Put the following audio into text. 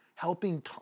Helping